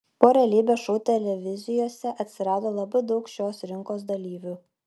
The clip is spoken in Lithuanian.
po realybės šou televizijose atsirado labai daug šios rinkos dalyvių